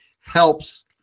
helps